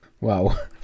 wow